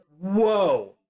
whoa